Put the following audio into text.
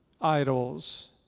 idols